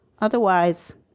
Otherwise